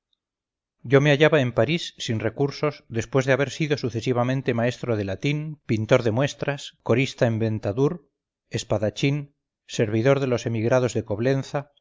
yo me hallaba en parís sin recursos después de haber sido sucesivamente maestro de latín pintor de muestras corista en ventadour espadachín servidor de los emigrados de coblenza